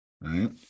right